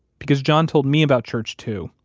because john told me about church, too,